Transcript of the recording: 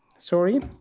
Sorry